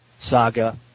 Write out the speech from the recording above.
saga